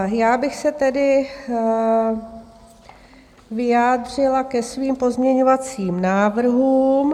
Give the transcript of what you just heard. Já bych se tedy vyjádřila ke svým pozměňovacím návrhům.